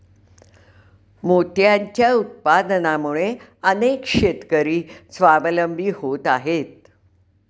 मोत्यांच्या उत्पादनामुळे अनेक शेतकरी स्वावलंबी होत आहेत